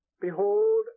Behold